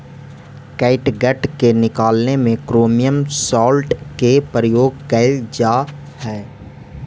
catgut के निकालने में क्रोमियम सॉल्ट के प्रयोग कइल जा हई